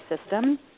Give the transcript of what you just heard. system